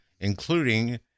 including